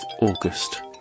August